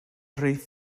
rif